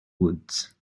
woods